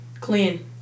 Clean